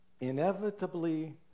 inevitably